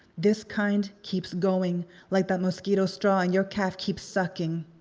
this kind keeps going like that mosquito straw on your calf keeps sucking.